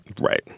right